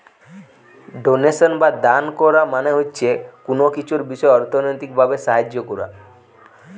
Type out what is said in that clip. donation বা দান কোরা মানে হচ্ছে কুনো কিছুর বিষয় অর্থনৈতিক ভাবে সাহায্য কোরা